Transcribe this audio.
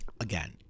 Again